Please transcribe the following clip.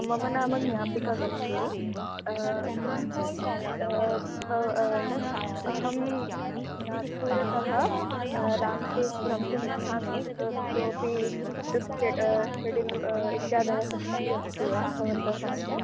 मम नाम ज्ञापिका कस्तूरि भव अहं नाग्पूरतः राम्टेक् भ्रमितुमिच्छामि चेत् कोऽपि तत् केट् शेड्युल् इत्यादयः किमपि अस्ति वा भवन्तो समीपे